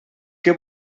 què